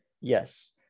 Yes